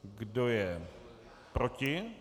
Kdo je proti?